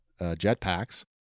jetpacks